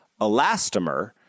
elastomer